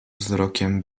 wzrokiem